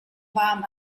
warm